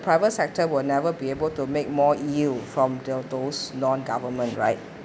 private sector will never be able to make more yield from the those non-government right